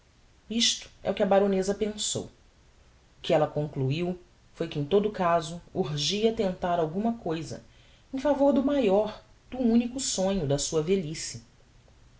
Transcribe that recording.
isto é o que a baroneza pensou o que ella concluiu foi que em todo caso urgia tentar alguma cousa em favor do maior do unico senho da sua velhice